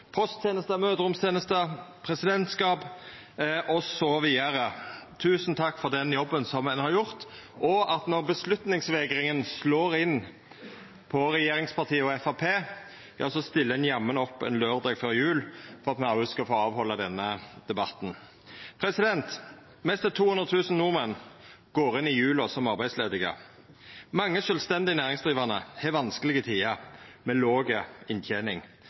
postteneste, møteromsteneste, presidentskap osv. – tusen takk for den jobben som dei har gjort, og for at når avgjerdsvegringa slår inn hos regjeringspartia og Framstegspartiet, stiller ein jammen opp ein laurdag før jul for at me òg skal få halda denne debatten. Nesten 200 000 nordmenn går inn i jula som arbeidsledige. Mange sjølvstendig næringsdrivande har vanskelege tider med